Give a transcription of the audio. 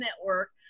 network